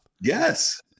Yes